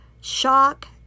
Shock